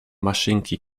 maszynki